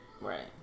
Right